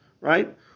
right